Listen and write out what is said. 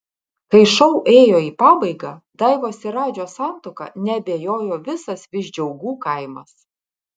kai šou ėjo į pabaigą daivos ir radžio santuoka neabejojo visas visdžiaugų kaimas